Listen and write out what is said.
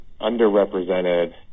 underrepresented